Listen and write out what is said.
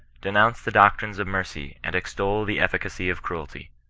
denounce the doctrines of mercy, and extol the efficacy of cruelty.